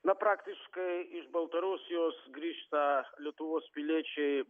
na praktiškai iš baltarusijos grįžta lietuvos piliečiai